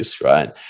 right